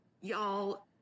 y'all